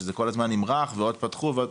שזה כל הזמן נמרח ועוד פתחו ועוד.